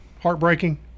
Heartbreaking